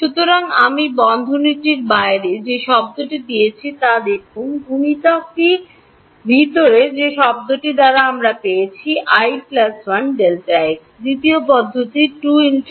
সুতরাং আমি বন্ধনীটির বাইরে যে শব্দটি নিয়েছি তা দেখুন গুণিতকটি ভিতরে যে শব্দটি দ্বারা আমি পেয়েছি i 1 Δx দ্বিতীয় পদটি 2αn